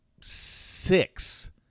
six